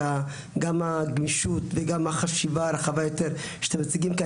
וגם הגמישות וגם החשיבה הרחבה יותר שאתם מציגים כאן,